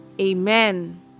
Amen